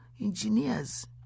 Engineers